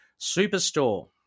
superstore